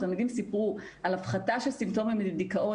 התלמידים סיפרו על הפחתה של סימפטומים של דיכאון,